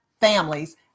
families